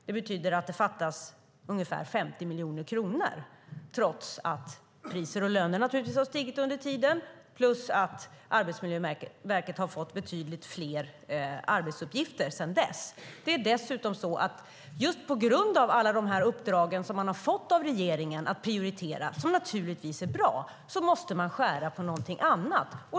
Det betyder att det fattas ungefär 50 miljoner kronor trots att priser och löner naturligtvis har stigit under tiden och att Arbetsmiljöverket har fått betydligt fler arbetsuppgifter sedan dess. Det är dessutom så att just på grund av alla de uppdrag som man har fått av regeringen att prioritera och som naturligtvis är bra måste man skära i någonting annat.